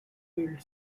filled